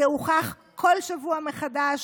זה הוכח בכל שבוע מחדש,